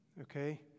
Okay